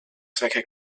zwecke